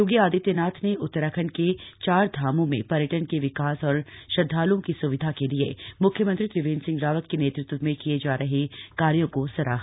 योगी आदित्यनाथ ने उत्तराखण्ड के चार धामों में र्यटन के विकास और श्रद्धालुओं की सुविधा के लिए मुख्यमंत्री त्रिवेंद्र सिंह रावत के नेतृत्व में किये जा रहे कार्यों को सराहा